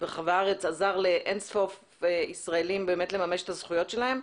עזר לאין סוף ישראלים לממש את הזכויות שלהם,